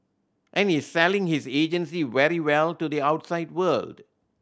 and he's selling his agency very well to the outside world